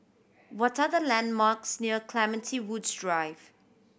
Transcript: what are the landmarks near Clementi Woods Drive